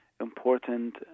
important